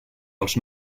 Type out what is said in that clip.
dels